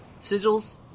sigils